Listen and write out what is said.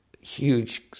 huge